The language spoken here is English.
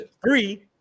Three